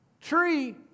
tree